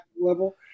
level